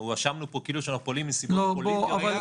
הואשמנו פה כאילו אנחנו פועלים מסיבות פוליטיות.